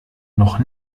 noch